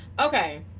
Okay